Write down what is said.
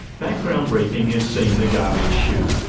background briefing has seen the garbage chute.